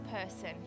person